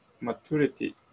maturity